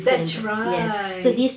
that's right